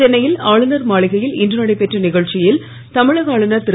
சென்னையில் ஆளுனர் மாளிகையில் இன்று நடைபெற்ற நிகழ்ச்சியில் தமிழக ஆளுனர் திரு